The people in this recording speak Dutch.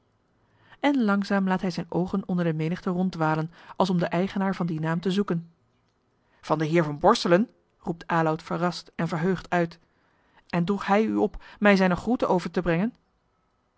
en langzaam laat hij zijne oogen onder de menigte ronddwalen als om den eigenaar van dien naam te zoeken van den heer van borselen roept aloud verrast en verheugd uit en droeg hij u op mij zijne groeten over te brengen